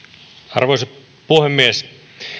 arvoisa puhemies